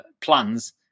plans